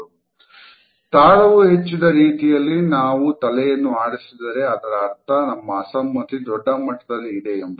" ತಾಳವು ಹೆಚ್ಚಿದ ರೀತಿಯಲ್ಲಿ ನಾವು ತಲೆಯನ್ನು ಆಡಿಸಿದರೆ ಅದರ ಅರ್ಥ ನಮ್ಮ ಅಸಮ್ಮತಿ ದೊಡ್ಡಮಟ್ಟದಲ್ಲಿ ಇದೆ ಎಂಬುದು